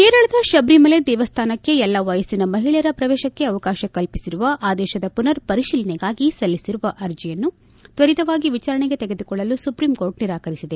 ಕೇರಳದ ಶಬರಿಮಲೆ ದೇವಸ್ಥಾನಕ್ಕೆ ಎಲ್ಲಾ ವಯಸ್ಸಿನ ಮಹಿಳೆಯರ ಪ್ರವೇಶಕ್ಕೆ ಅವಕಾಶ ಕಲ್ಪಿಸಿರುವ ಆದೇಶದ ಪುನರ್ ಪರಿಶೀಲನೆಗಾಗಿ ಸಲ್ಲಿಸಿರುವ ಆರ್ಜಿಯನ್ನು ತ್ವರಿತವಾಗಿ ವಿಚಾರಣೆಗೆ ತೆಗೆದುಕೊಳ್ಳಲು ಸುಪ್ರೀಂಕೋರ್ಟ್ ನಿರಾಕರಿಸಿದೆ